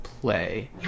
play